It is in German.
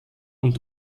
und